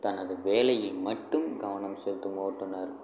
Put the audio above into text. தனது வேலையில் மட்டும் கவனம் செலுத்தும் ஓட்டுநர்